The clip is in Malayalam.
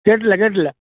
കേട്ടില്ല കേട്ടില്ല